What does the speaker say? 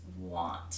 want